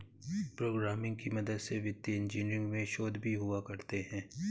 programming की मदद से वित्तीय इन्जीनियरिंग में शोध भी हुआ करते हैं